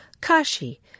Kashi